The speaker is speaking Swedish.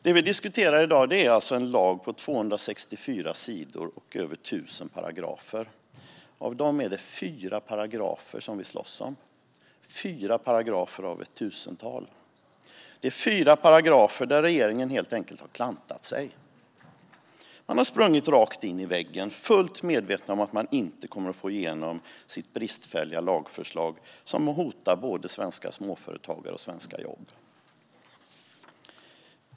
Det vi diskuterar i dag är alltså en lag på 264 sidor och över tusen paragrafer. Av dem är det fyra paragrafer som vi slåss om, fyra paragrafer av ett tusental. Det är fyra paragrafer där regeringen helt enkelt har klantat sig. Man har sprungit rakt in i väggen, fullt medvetna om att man inte kommer att få igenom sitt bristfälliga lagförslag, som hotar både svenska småföretagare och svenska jobb.